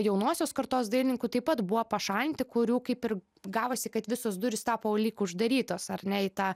jaunosios kartos dailinkų taip pat buvo pašalinti kurių kaip ir gavosi kad visos durys tapo lyg uždarytos ar ne į tą